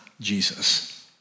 Jesus